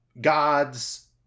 gods